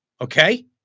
Okay